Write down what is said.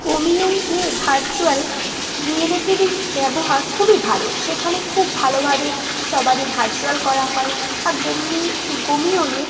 gaming নিয়ে virtual রিয়েলিটিরি ব্যবহার খুবই ভালো সেখানে খুব ভালোভাবে সবারই ভার্চুয়াল করা হয় বা গেমিংয়ে